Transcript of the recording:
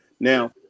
Now